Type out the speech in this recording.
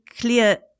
clear